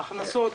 ההכנסות